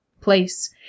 place